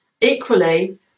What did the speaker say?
Equally